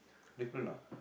different lah